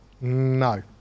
No